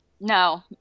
No